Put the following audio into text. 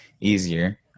easier